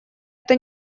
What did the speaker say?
это